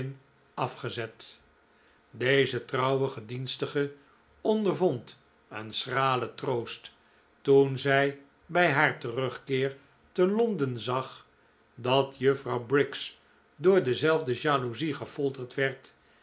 afgezet deze trouwe gedienstige ondervond een schralen troost toen zij bij haar terugkeer te londen zag dat juffrouw briggs door dezelfde jaloezie gefolterd werd